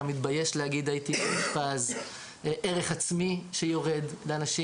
מתבייש להגיד "הייתי מאושפז"; ערך עצמי שיורד לאנשים